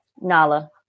Nala